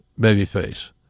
babyface